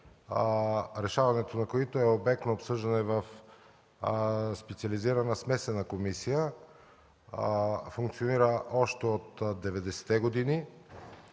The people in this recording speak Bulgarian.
решаването на които е обект на обсъждане в специализирана смесена комисия, която функционира още от 90-те години.